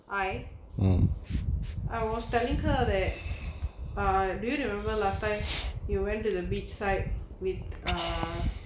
I I was telling her that ah do you remember last time you went to the beach side with err